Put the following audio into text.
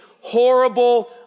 horrible